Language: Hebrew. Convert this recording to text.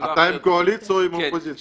אתה עם הקואליציה או האופוזיציה?